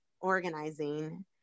organizing